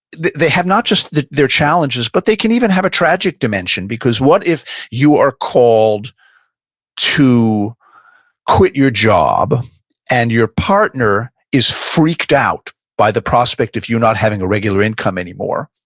they have not just their challenges, but they can even have a tragic dimension. because what if you are called to quit your job and your partner is freaked out by the prospect of you not having a regular income anymore,